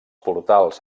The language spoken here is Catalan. portals